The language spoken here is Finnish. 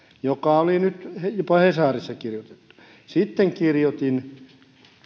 joka oli nyt jopa hesarissa kirjoitettu sitten kirjoitin